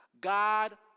God